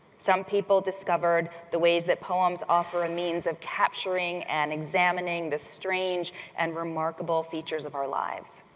some people discovered the ways that poems offer a means of capturing and examining the strange and remarkable features of our lives,